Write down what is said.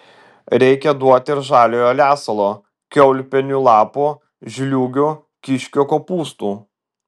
reikia duoti ir žaliojo lesalo kiaulpienių lapų žliūgių kiškio kopūstų